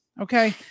Okay